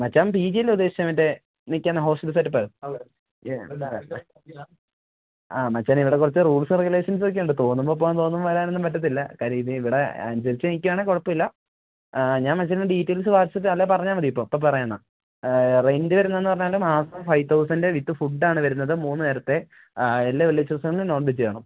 മച്ചാൻ P ജിയല്ലേ ഉദ്ദേശിച്ചെ മറ്റേ നിൽക്കുന്ന hostel setup ആ മച്ചാനെ ഇവിട കുറച്ച് റൂൾസ് റെഗുലേഷൻസ് ഒക്കെ ഉണ്ട് തോന്നുമ്പോൾ പോകാം തോന്നുമ്പോൾ വരാൻ ഒന്നും പറ്റത്തില്ല കാര്യം ഇത് ഇവിടെ അനുസരിച്ച് നിൽക്കാണേൽ കുഴപ്പമില്ല ഞാൻ മച്ചാന് ഡീറ്റെയിൽസ് വാട്സാപ്പ് ചെയ്യാം അല്ലേൽ പറഞ്ഞാൽ മതി ഇപ്പോൾ ഇപ്പം പറയാം എന്ന റെൻ്റ് വരുന്നത് എന്ന് പറഞ്ഞാൽ മാസം ഫൈവ് തൗസൻഡ് വിത്ത് ഫുഡ് ആണ് വരുന്നത് മൂന്ന് നേരത്തെ എല്ലാ വെള്ളിയാഴ്ച ദിവസങ്ങളിലും നോൺ വെജ്ജ് കാണും